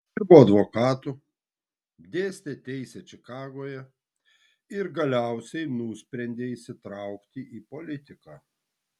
dirbo advokatu dėstė teisę čikagoje ir galiausiai nusprendė įsitraukti į politiką